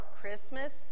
Christmas